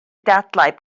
dadlau